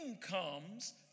comes